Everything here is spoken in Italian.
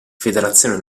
federazione